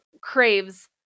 craves